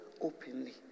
openly